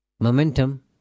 momentum